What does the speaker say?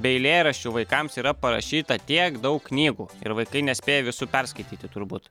be eilėraščių vaikams yra parašyta tiek daug knygų ir vaikai nespėja visų perskaityti turbūt